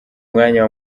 mwanya